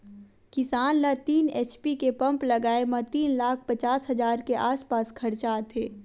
किसान ल तीन एच.पी के पंप लगाए म तीन लाख पचास हजार के आसपास खरचा आथे